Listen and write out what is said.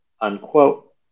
unquote